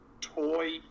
toy